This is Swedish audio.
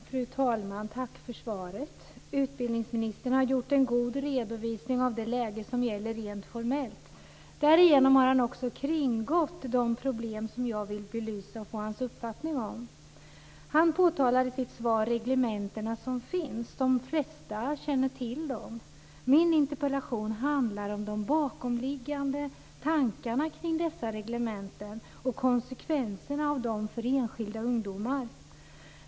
Fru talman! Tack för svaret! Utbildningsministern har gjort en god redovisning av det läge som gäller rent formellt. Därigenom har han också kringgått de problem som jag vill belysa och få hans uppfattning om. Han nämner i sitt svar de reglementen som finns - de flesta känner till dem. Min interpellation handlar om de bakomliggande tankarna kring dessa reglementen och konsekvenserna av dem för enskilda ungdomar.